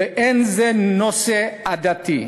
ואין זה נושא עדתי.